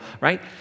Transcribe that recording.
right